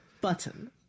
button